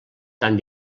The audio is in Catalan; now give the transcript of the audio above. tant